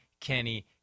Kenny